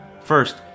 First